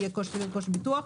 ויהיה קושי לרכוש ביטוח.